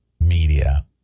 media